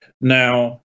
now